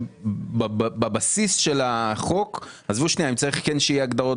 עזבו את השאלה אם צריך שכן יהיו הגדרות